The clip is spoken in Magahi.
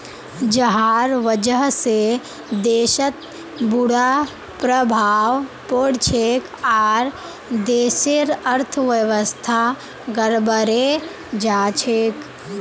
जहार वजह से देशत बुरा प्रभाव पोरछेक आर देशेर अर्थव्यवस्था गड़बड़ें जाछेक